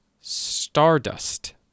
Stardust